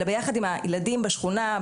אלא ביחד עם הילדים בשכונה,